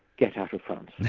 get out of france.